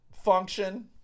Function